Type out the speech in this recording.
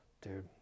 dude